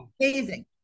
Amazing